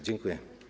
Dziękuję.